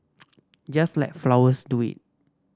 just let flowers do it